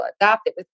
adopted